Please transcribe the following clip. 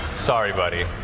sorry, buddy.